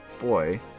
boy